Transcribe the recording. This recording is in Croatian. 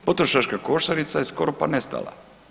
Potrošačka košarica je skoro pa nestala.